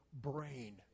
brain